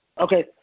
Okay